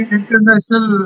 International